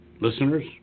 listeners